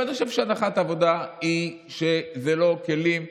אבל אני חושב שהנחת העבודה היא שזה לא כלים,